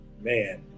man